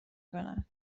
کنن